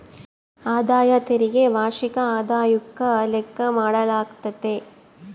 ಆದಾಯ ತೆರಿಗೆ ವಾರ್ಷಿಕ ಆದಾಯುಕ್ಕ ಲೆಕ್ಕ ಮಾಡಾಲಾಗ್ತತೆ